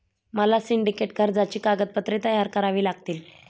मला सिंडिकेट कर्जाची कागदपत्रे तयार करावी लागतील